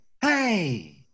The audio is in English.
hey